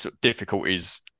difficulties